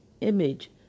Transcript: Image